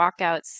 walkouts